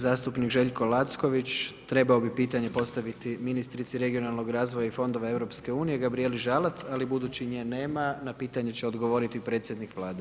Zastupnik Željko Lacković trebao bi pitanje postaviti ministrici regionalnog razvoja i fondova EU Gabrijeli Žalac, ali budući nje nema, na pitanje će odgovoriti predsjednik Vlade.